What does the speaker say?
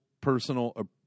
personal